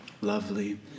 Lovely